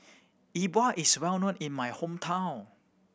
E Bua is well known in my hometown